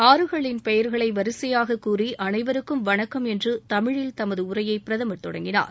ஆறுகளின் பெயர்களை வரிசையாக கூறி அனைவருக்கும் வணக்கம் என்று தமிழில் தமது உரையை பிரதமர் தொடங்கினார்